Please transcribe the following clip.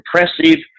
impressive